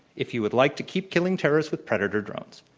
if you would like to keep killing terrorists with predator drones,